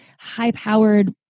high-powered